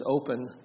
open